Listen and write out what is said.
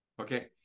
Okay